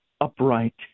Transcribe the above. upright